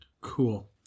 Cool